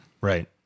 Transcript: Right